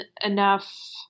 enough